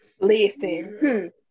Listen